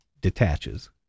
detaches